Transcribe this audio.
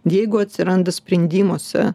jeigu atsiranda sprendimuose